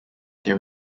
their